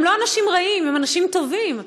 הם לא אנשים רעים, הם אנשים טובים.